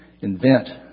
invent